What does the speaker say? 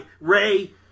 Ray